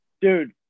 dude